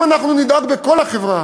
אם אנחנו נדאג בכל החברה,